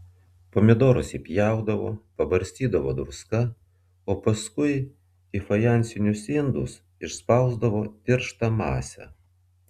pomidorus įpjaudavo pabarstydavo druska o paskui į fajansinius indus išspausdavo tirštą masę